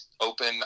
open